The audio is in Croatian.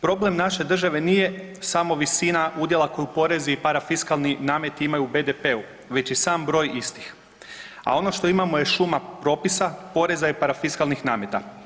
Problem naše države nije samo visina udjela koju porezi i parafiskalni nameti imaju u BDP-u već i sam broj istih, a ono što imamo je šuma propisa, poreza i parafiskalnih nameta.